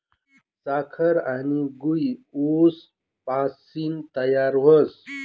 साखर आनी गूय ऊस पाशीन तयार व्हस